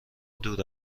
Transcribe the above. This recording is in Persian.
دور